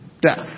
death